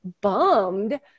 bummed